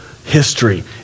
History